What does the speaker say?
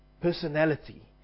personality